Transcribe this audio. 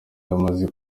yamaze